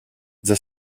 the